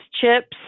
chips